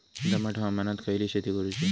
दमट हवामानात खयली शेती करूची?